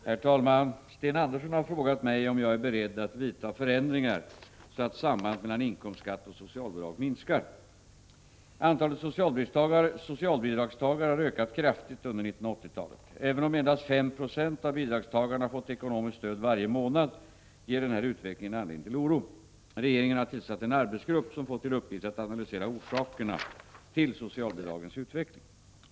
Herr talman! Sten Andersson i Malmö har frågat mig om jag är beredd att vidta förändringar så att sambandet mellan inkomstskatt och socialbidrag minskar. Antalet socialbidragstagare har ökat kraftigt under 1980-talet. Även om endast 5 26 av bidragstagarna fått ekonomiskt stöd varje månad ger denna utveckling anledning till oro. Regeringen har tillsatt en arbetsgrupp som fått till uppgift att analysera orsakerna till socialbidragens utveckling.